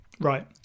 right